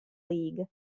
league